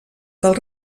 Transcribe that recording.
del